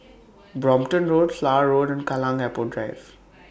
Brompton Road Flower Road and Kallang Airport Drive